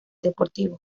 deportivo